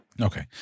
Okay